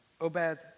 Obed